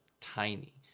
tiny